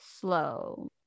slow